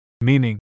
meaning